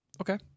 Okay